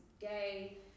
gay